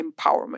empowerment